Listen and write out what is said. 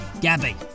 Gabby